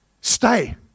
Stay